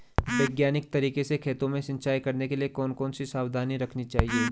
वैज्ञानिक तरीके से खेतों में सिंचाई करने के लिए कौन कौन सी सावधानी रखनी चाहिए?